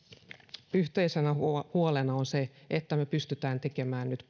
yhteisenä huolena huolena on se että me pystymme tekemään nyt